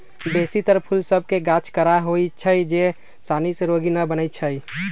बेशी तर फूल सभ के गाछ कड़ा होइ छै जे सानी से रोगी न बनै छइ